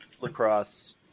lacrosse